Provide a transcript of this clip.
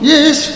Yes